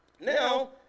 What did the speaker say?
Now